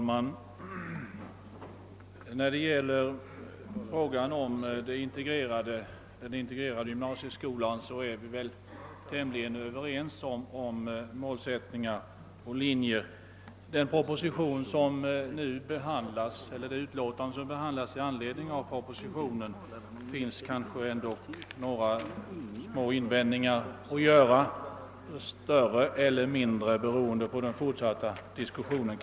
Herr talman! Beträffande den integrerade gymnasieskolan är vi väl täm ligen överens om målsättning och linjer. Mot statsutskottets utlåtande nr 222, som vi nu behandlar, finns kanske ändå några små invändningar att göra, större eller mindre beror möjligen på den fortsatta diskussionen.